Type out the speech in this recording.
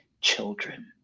children